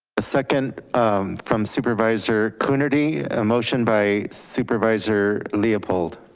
a second from supervisor coonerty, a motion by supervisor leopold.